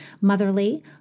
Motherly